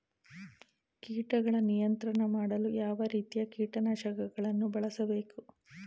ಕೀಟಗಳ ನಿಯಂತ್ರಣ ಮಾಡಲು ಯಾವ ರೀತಿಯ ಕೀಟನಾಶಕಗಳನ್ನು ಬಳಸಬೇಕು?